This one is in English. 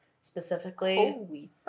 specifically